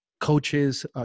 coaches